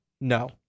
No